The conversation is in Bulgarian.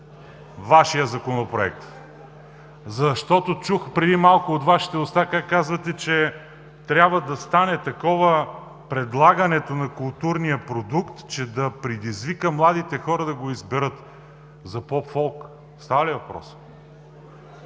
Вашия законопроект? Защото чух преди малко от Вашите уста как казвате, че трябва да стане такова предлагането на културния продукт, че да предизвика младите хора да го изберат. За поп-фолк става ли въпрос?